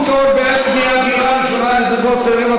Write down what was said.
פטור בעת קניית דירה ראשונה לזוגות צעירים),